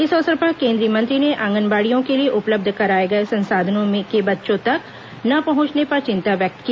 इस अवसर पर केंद्रीय मंत्री ने आंगनबाड़ियों के लिए उपलब्ध कराए गए संसाधनों के बच्चों तक न पहुंचने पर चिंता व्यक्त की